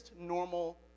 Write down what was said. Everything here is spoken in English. normal